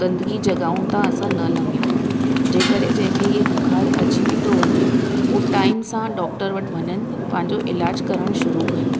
गंदिगी जॻहियुनि तां असां न लंघऊं जेकर जंहिंखे हे बुख़ार अची बि थो वञे हू टाइम सां डॉक्टर वटि वञनि पंहिंजो इलाजु कराइणु शुरू कनि